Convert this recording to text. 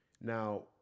Now